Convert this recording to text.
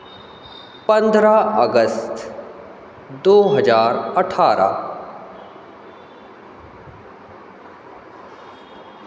पन्द्रह अगस्त दो हज़ार अठारह